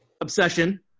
obsession